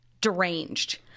deranged